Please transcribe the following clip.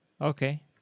Okay